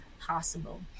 possible